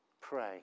pray